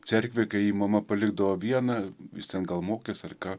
cerkvėj kai jį mama palikdavo vieną jis ten gal mokės ar ką